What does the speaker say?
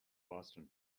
boston